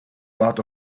lot